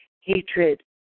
hatred